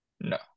No